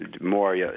more